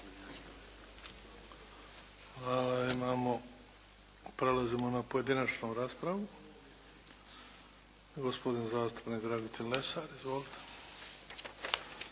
Hvala. Prelazimo na pojedinačnu raspravu. Gospodin zastupnik Dragutin Lesar. Izvolite.